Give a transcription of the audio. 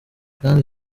kandi